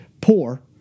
poor